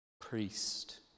priest